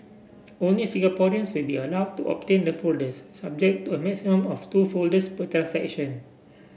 only Singaporeans will be allowed to obtain the folders subject to a maximum of two folders per transaction